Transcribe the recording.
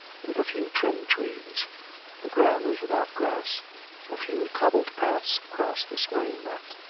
with a few trimmed trees the ground was without grass a few cobbled paths cros'sed this way and that.